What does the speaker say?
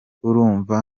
urumva